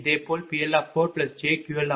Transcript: இதேபோல் PL4jQL40